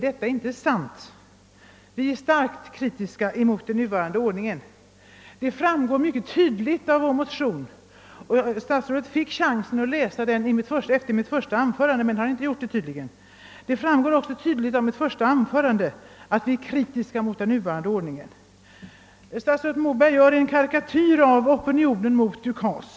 Detta är inte sant; vi är starkt kritiska mot den nuvarande ordningen — det framgår mycket tydligt av vår motion. Statsrådet Moberg fick chansen att läsa motionen efter mitt första anförande men tycks inte ha tagit den. Av vad jag sade i mitt första anförande framgick emellertid mycket tydligt att vi är kritiska mot den nuvarande ordningen. Statsrådet Moberg gör en karikatyr av opinionen mot UKAS.